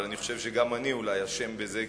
אבל אני חושב שגם אני אולי אשם בזה,